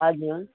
हजुर